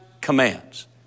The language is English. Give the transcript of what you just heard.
commands